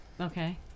okay